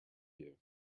you